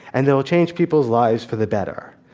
and they will change people's lives for the better.